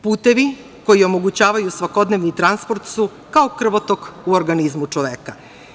Putevi koji omogućavaju svakodnevni transport su kao krvotok u organizmu čoveka.